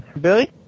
Billy